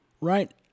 right